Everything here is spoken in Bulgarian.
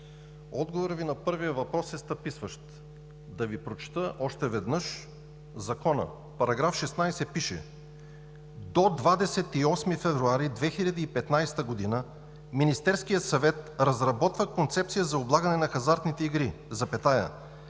отговорът Ви на първия въпрос е стъписващ. Да Ви прочета още веднъж Закона. В § 16 пише: „До 28 февруари 2015 г. Министерският съвет разработва концепция за облагане на хазартните игри,